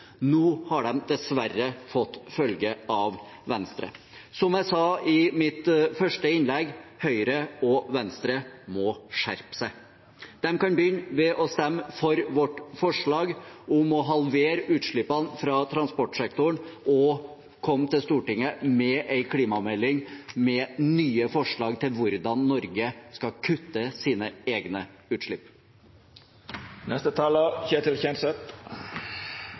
Nå har de dessverre fått følge av Venstre. Som jeg sa i mitt første innlegg – Høyre og Venstre må skjerpe seg. De kan begynne med å stemme for vårt forslag om å halvere utslippene fra transportsektoren og komme til Stortinget med en klimamelding med nye forslag til hvordan Norge skal kutte sine egne